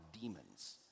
Demons